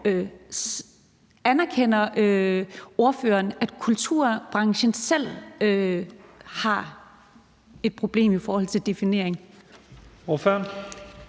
Anerkender ordføreren, at kulturbranchen selv har et problem i forhold til definering?